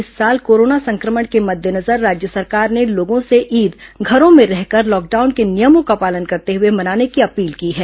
इस साल कोरोना संक्रमण के मद्देनजर राज्य सरकार ने लोगों से ईद घरों में रहकर लॉकडाउन के नियमों का पालन करते हुए मनाने की अपील की है